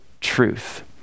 truth